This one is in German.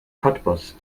cottbus